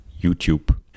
YouTube